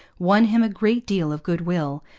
won him a great deal of goodwill,